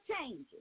changes